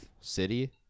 city